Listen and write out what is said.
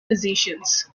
physicians